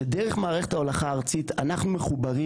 שדרך מערכת ההולכה הארצית אנחנו מחוברים